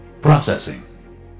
Processing